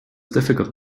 difficult